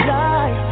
die